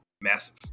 massive